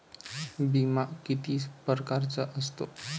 बिमा किती परकारचा असतो?